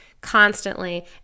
constantly